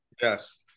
Yes